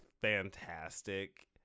fantastic